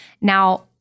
Now